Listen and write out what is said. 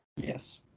Yes